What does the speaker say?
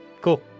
cool